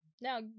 Now